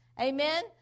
Amen